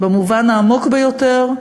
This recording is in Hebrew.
במובן העמוק ביותר,